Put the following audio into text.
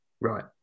Right